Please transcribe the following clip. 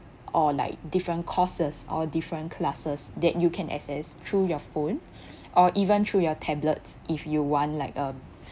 or like different courses or different classes that you can access through your phone or even through your tablets if you want like a